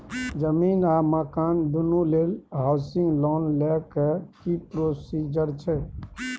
जमीन आ मकान दुनू लेल हॉउसिंग लोन लै के की प्रोसीजर छै?